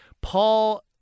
Paul